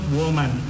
woman